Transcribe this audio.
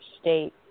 state